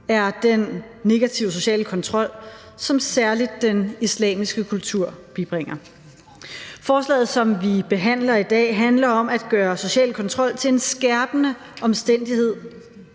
er den negative sociale kontrol, som særlig den islamiske kultur bibringer. Forslaget, som vi behandler i dag, handler om at gøre social kontrol til en skærpende omstændighed